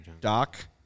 Doc